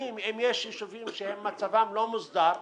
אם יש יישובים שמצבם לא מוסדר,